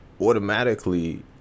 automatically